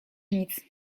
nic